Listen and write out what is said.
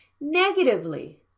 Negatively